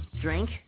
drink